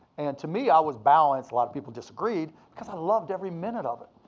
and to me, i was balanced, a lotta people disagreed, cause i loved every minute of it.